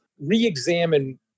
re-examine